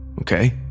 okay